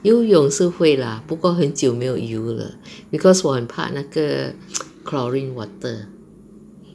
游泳是会 lah 不过很久没有游了 because 我很怕那个 chlorine water